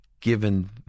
given